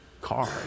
car